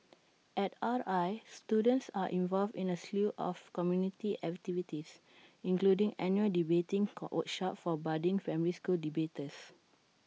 at R I students are involved in A slew of community activities including annual debating workshops for budding family school debaters